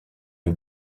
est